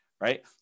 Right